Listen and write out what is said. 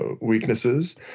weaknesses